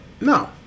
No